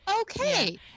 Okay